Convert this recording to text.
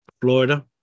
Florida